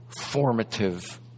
formative